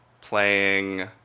playing